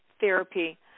Therapy